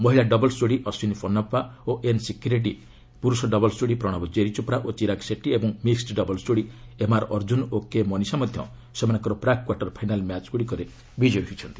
ମହିଳା ଡବଲ୍ସ ଯୋଡ଼ି ଅଶ୍ୱିନି ପନ୍ନାପା ଓ ଏନ୍ ସିକ୍କି ରେଡ୍ଗୀ ପୁରୁଷ ଡବଲ୍ସ ଯୋଡ଼ି ପ୍ରଣବ ଜେରି ଚୋପ୍ରା ଓ ଚିରାଗ ସେଟୀ ଏବଂ ମିକ୍ୱଡ ଡବଲ୍ସ ଯୋଡ଼ି ଏମ୍ଆର୍ଅର୍ଜୁନ ଓ କେ ମନିଷା ମଧ୍ୟ ସେମାନଙ୍କର ପ୍ରାକ୍ କ୍ୱାର୍ଟରଫାଇନାଲ ମ୍ୟାଚ୍ ଗୁଡ଼ିକରେ ବିଜୟୀ ହୋଇଛନ୍ତି